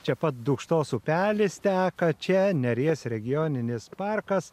čia pat dukštos upelis teka čia neries regioninis parkas